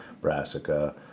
brassica